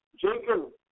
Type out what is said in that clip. Jacob